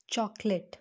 chocolate